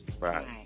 Right